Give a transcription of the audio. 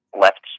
left